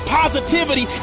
positivity